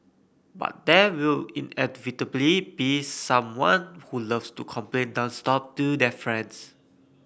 but there will inevitably be someone who loves to complain nonstop do their friends